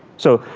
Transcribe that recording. so,